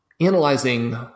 analyzing